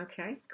Okay